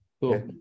Cool